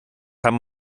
kann